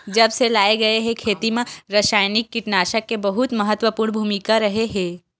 जब से लाए गए हे, खेती मा रासायनिक कीटनाशक के बहुत महत्वपूर्ण भूमिका रहे हे